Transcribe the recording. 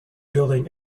building